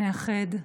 מאחד,